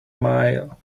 mile